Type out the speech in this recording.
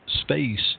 space